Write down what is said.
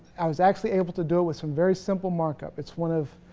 i was actually able to do with some very simple market it's one of